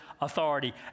authority